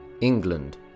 England